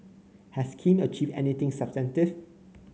has Kim achieved anything substantive